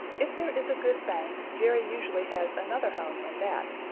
if there is a good bank jerry usually has another home in that.